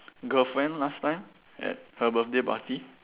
girlfriend last time at her birthday party